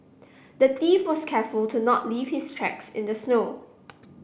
the thief was careful to not leave his tracks in the snow